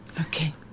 Okay